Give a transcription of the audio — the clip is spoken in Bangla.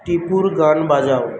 টিপুর গান বাজাও